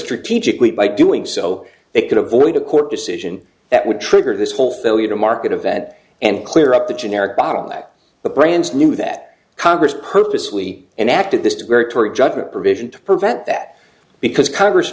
strategically by doing so they could avoid a court decision that would trigger this whole failure to market event and clear up the generic bottle that the brands knew that congress purposely enacted this very tory judgement provision to prevent that because congress